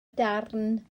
darn